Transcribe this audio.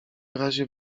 razie